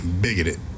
bigoted